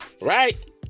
Right